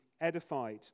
edified